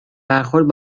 برخورد